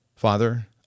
Father